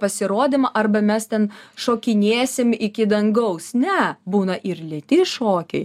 pasirodymą arba mes ten šokinėsim iki dangaus ne būna ir lėti šokiai